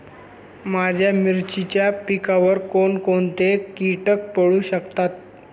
माझ्या मिरचीच्या पिकावर कोण कोणते कीटक पडू शकतात?